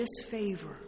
disfavor